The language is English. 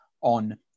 on